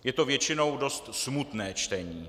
Je to většinou dost smutné čtení.